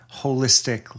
holistic